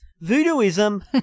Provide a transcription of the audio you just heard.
voodooism